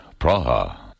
Praha